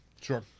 Sure